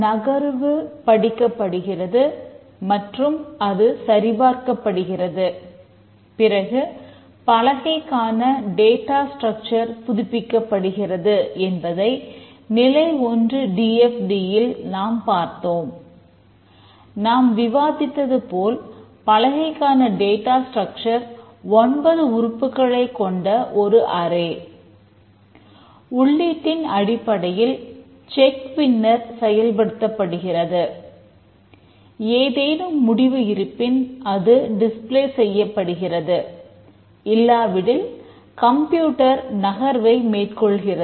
நகர்வு படிக்கப்படுகிறது மற்றும் அது சரி பார்க்கப்படுகிறது பிறகு பலகைக்கான டேட்டா ஸ்ட்ரக்சர் செய்கிறது